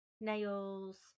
nails